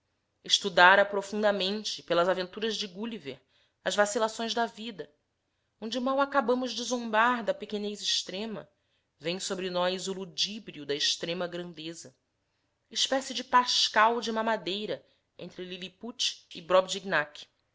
estudara profundamente pelas aventuras de gulliver as vacilações da vida onde mal acabamos de zombar da pequenez extrema vem sobre nós o ludibrio da extrema grandeza espécie de pascal de mamadeira entre liliput e